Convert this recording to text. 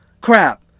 Crap